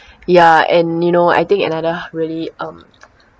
ya and you know I think another really um